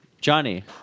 Johnny